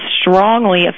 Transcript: strongly